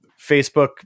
Facebook